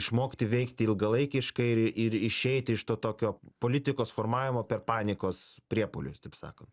išmokti veikti ilgalaikiškai ir ir išeiti iš to tokio politikos formavimo per panikos priepuolius taip sakan